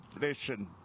Listen